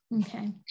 okay